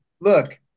look